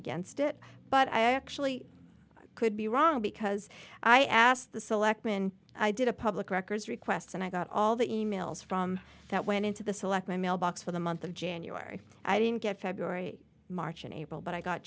against it but i actually could be wrong because i asked the selectmen i did a public records request and i got all the emails from that went into the select my mailbox for the month of january i didn't get february march and april but i got